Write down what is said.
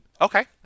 okay